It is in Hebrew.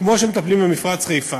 כמו שמטפלים במפרץ חיפה,